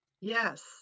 Yes